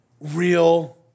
real